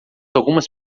algumas